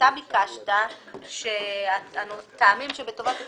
אתה ביקשת שטעמים שבטובת הציבור,